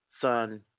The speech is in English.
Son